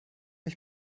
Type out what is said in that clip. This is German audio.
ich